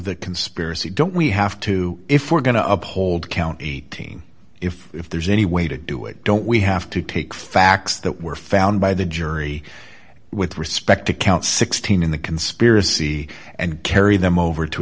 the conspiracy don't we have to if we're going to uphold count eighteen if if there's any way to do it don't we have to take facts that were found by the jury with respect to count sixteen in the conspiracy and carry them over to